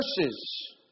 verses